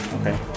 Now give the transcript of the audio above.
Okay